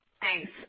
Thanks